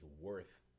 worth